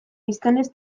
biztanlez